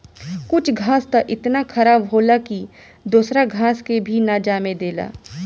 कुछ घास त इतना खराब होला की दूसरा घास के भी ना जामे देला